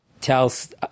tells